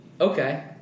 Okay